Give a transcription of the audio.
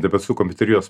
debesų kompiuterijos